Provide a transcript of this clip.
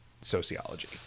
sociology